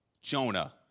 Jonah